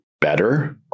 better